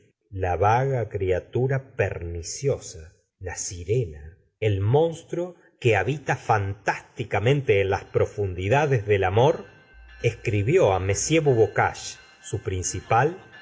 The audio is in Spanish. la vaga criatura perniciosa la sirena el monstruo que habita fantásticamente en las pro fundidades del amor escribió á i bubocage su principal